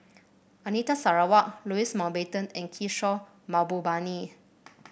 Anita Sarawak Louis Mountbatten and Kishore Mahbubani